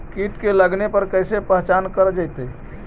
कीट के लगने पर कैसे पहचान कर जयतय?